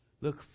Look